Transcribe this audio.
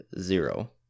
zero